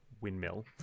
windmill